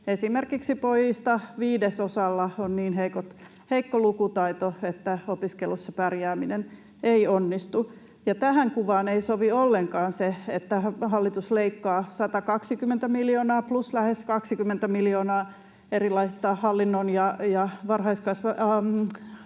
Esimerkiksi pojista viidesosalla on niin heikko lukutaito, että opiskelussa pärjääminen ei onnistu. Ja tähän kuvaan ei sovi ollenkaan se, että hallitus leikkaa 120 miljoonaa plus lähes 20 miljoonaa tämmöisistä lisäkoulutuksista